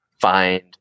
find